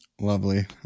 lovely